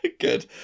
Good